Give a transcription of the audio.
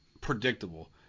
predictable